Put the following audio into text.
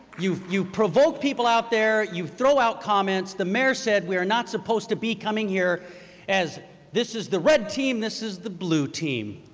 you have provoked people out there. you throw out comments. the mayor said we are not supposed to be coming here as this is the red team, this is the blue team.